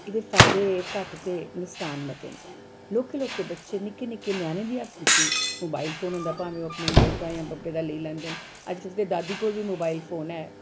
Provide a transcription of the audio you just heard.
एह्दे फायदे घट्ट ते नसकान मते न लौह्के लौह्के बच्चें निक्के निक्के ञ्यानें दे हत्थें बिच्च बी मोबाइल फोन होंदा ऐ भामें ओह् अपने माऊ दा बब्बै दा लेई लैंदे न अज्जकल ते दादी कोल बी मोबाइल फोन ऐ